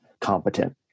competent